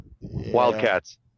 Wildcats